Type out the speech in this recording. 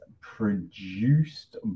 produced